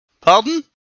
Pardon